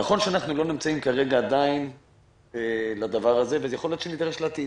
נכון שאנחנו לא נדרשים כרגע לדבר הזה עדיין ויכול להיות שנידרש בעתיד,